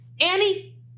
Annie